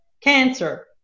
cancer